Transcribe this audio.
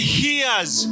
hears